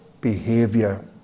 behavior